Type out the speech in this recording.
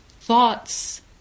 thoughts